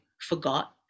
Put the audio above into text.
forgot